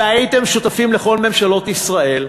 והייתם שותפים לכל ממשלות ישראל,